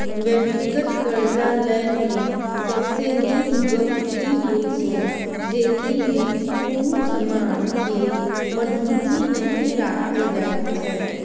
व्यक्तिगत करजा लय मे सबसे नीक गप ई होइ छै जे ई मे कुनु समान के बन्हकी नहि राखल जाइत छै